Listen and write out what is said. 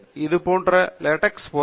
இது போன்ற டெக்ஸ்ஒர்க்ஸ்